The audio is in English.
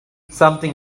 something